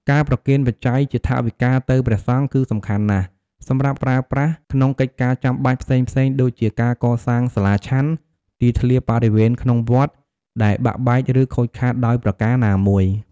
ការប្រគេនបច្ច័យជាថវិកាទៅព្រះសង្ឃ គឺសំខាន់ណាស់សម្រាប់ប្រើប្រាស់ក្នុងកិច្ចការចាំបាច់ផ្សេងៗ ដូចជាការកសាងសាលាឆាន់ ទីធ្លាបរិវេនក្នុងវត្ត ដែលបាក់បែកឫខូចខាតដោយប្រការណាមួយ។